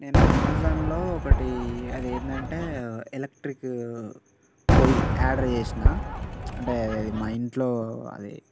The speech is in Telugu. నేను ఆమెజాన్లో ఒకటి అది ఏంటంటే ఎలక్ట్రిక్ పొయ్యి ఆర్డర్ చేసినాను అంటే మా ఇంట్లో అది